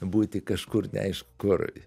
būti kažkur neaišku kur